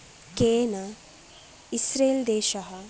केन इस्रेल् देशः